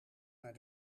naar